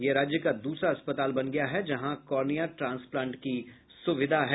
यह राज्य का दूसरा अस्पताल बन गया है जहां कॉर्निया ट्रांसप्लांट का सुविधा है